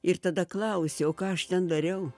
ir tada klausiu o ką aš ten dariau